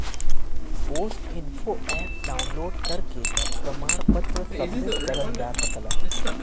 post info app download करके प्रमाण पत्र सबमिट करल जा सकला